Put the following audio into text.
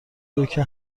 روکه